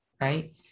right